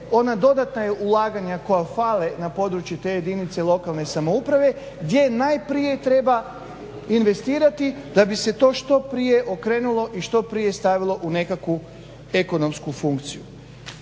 ona dodatna ulaganja koja fale na području te jedinice lokalne samouprave gdje najprije treba investirati da bi se to što prije okrenulo i što prije stavilo u nekakvu ekonomsku funkciju.